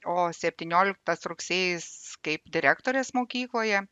o septynioliktas rugsėjis kaip direktorės mokykloje